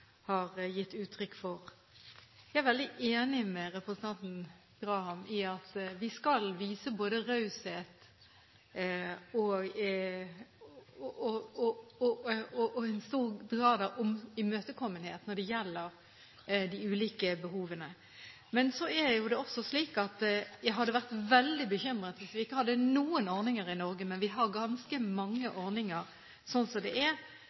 har vært oppe her, har gitt uttrykk for. Jeg er veldig enig med representanten Graham i at vi skal vise både raushet og en stor grad av imøtekommenhet når det gjelder de ulike behovene. Det er også slik at jeg hadde vært veldig bekymret hvis vi ikke hadde noen ordninger i Norge, men vi har ganske mange ordninger sånn som det er.